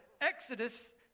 Exodus